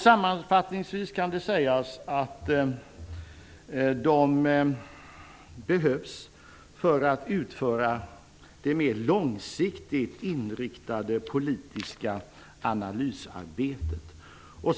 Sammanfattningsvis kan det sägas att de behövs för att utföra det mer långsiktigt inriktade politiska analysarbetet.